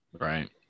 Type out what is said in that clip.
right